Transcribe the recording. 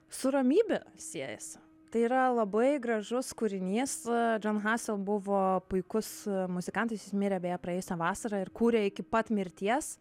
su ramybe siejasi tai yra labai gražus kūrinys jon hassell buvo puikus muzikantas jis mirė beje praėjusią vasarą ir kūrė iki pat mirties